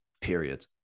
Period